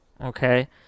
Okay